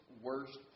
worst